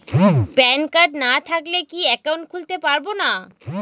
Pan card না থাকলে কি একাউন্ট খুলতে পারবো না?